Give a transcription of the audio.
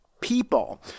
people